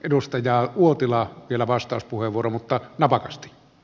edustaja uotilalle vielä vastauspuheenvuoro mutta napakasti